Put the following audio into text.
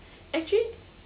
actually